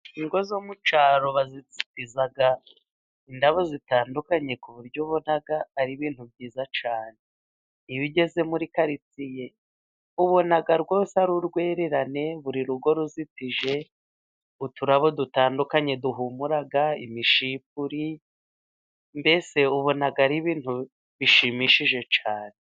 Ingo zo mu cyaro bazizitiza indabo zitandukanye, ku buryo ubona ari ibintu byiza cyane .Iyo ugeze muri karitsiye ubona rwose ari urwererane, buri rugo ruzitije uturabo dutandukanye duhumura, imishipuri mbese ubona ari ibintu bishimishije cyane.